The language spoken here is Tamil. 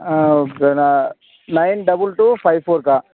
nine double two five ஃபோர்க்கா